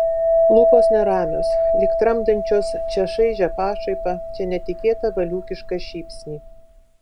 lūpos neramios lyg tramdančios čia šaižią pašaipą čia netikėtą valiūkišką šypsnį